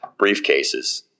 briefcases